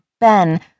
Ben